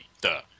duh